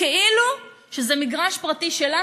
כאילו זה מגרש פרטי שלה,